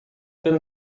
been